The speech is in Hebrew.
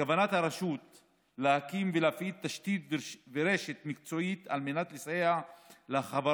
בכוונת הרשות להקים ולהפעיל תשתית ורשת מקצועית על מנת לסייע לחברות